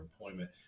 employment